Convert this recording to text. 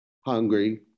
hungry